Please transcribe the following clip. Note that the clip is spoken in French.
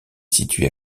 située